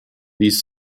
these